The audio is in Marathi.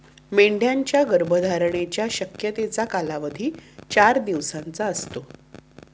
मेंढ्यांच्या गर्भधारणेच्या शक्यतेचा कालावधी चार दिवसांचा असतो